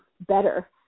better